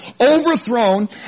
overthrown